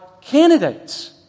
candidates